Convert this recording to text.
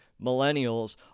millennials